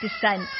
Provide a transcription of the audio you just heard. descent